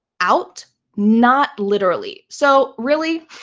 out not literally. so really,